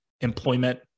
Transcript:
employment